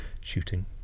shooting